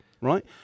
right